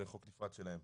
זה חוק נפרד שלהם.